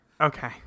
Okay